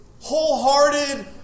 wholehearted